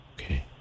Okay